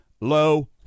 low